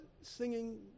singing